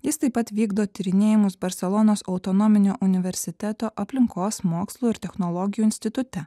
jis taip pat vykdo tyrinėjimus barselonos autonominio universiteto aplinkos mokslų ir technologijų institute